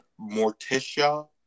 Morticia